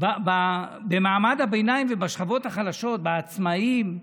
במעמד הביניים ובשכבות החלשות, בעצמאים,